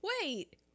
wait